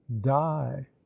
die